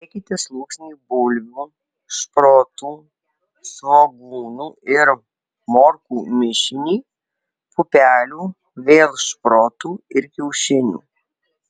dėkite sluoksnį bulvių šprotų svogūnų ir morkų mišinį pupelių vėl šprotų ir kiaušinių